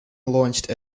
launched